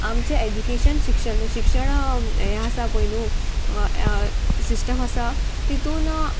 आमचें एज्युकेशन शिक्षण शिक्षण हें आसा पय न्हू सिस्टम आसा तितून